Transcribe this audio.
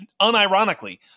unironically